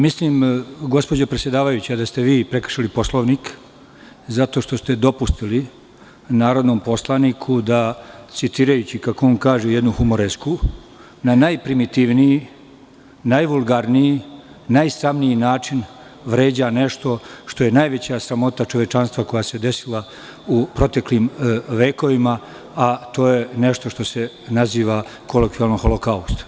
Mislim gospođo predsedavajuća da ste vi prekršili Poslovnik zato što ste dopustili narodnom poslaniku da citirajući, kako on kaže jednu humoresku, na najprimitivniji, najvulgarniji, najsramniji način vređa nešto što je najveća sramota čovečanstva koja se desila u proteklim vekovima, a to je nešto što se naziva kolokvijalno Holokaust.